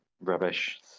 rubbish